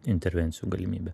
intervencijų galimybė